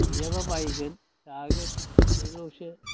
गैयाबा बायगोन जागोन बेल'सो